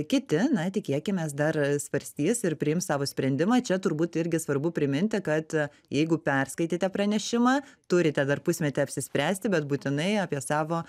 kiti na tikėkimės dar svarstys ir priims savo sprendimą čia turbūt irgi svarbu priminti kad jeigu perskaitėte pranešimą turite dar pusmetį apsispręsti bet būtinai apie savo